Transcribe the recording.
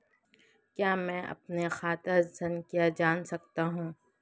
क्या मैं अपनी खाता संख्या जान सकता हूँ?